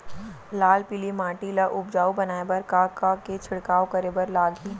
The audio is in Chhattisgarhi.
लाल पीली माटी ला उपजाऊ बनाए बर का का के छिड़काव करे बर लागही?